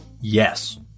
Yes